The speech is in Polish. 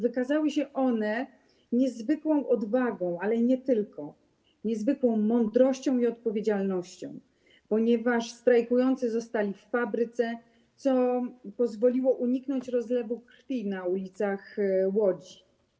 Wykazały się one niezwykłą odwagą, ale nie tylko, także niezwykłą mądrością i odpowiedzialnością, ponieważ strajkujący zostali w fabryce, co pozwoliło uniknąć rozlewu krwi na ulicach Łodzi.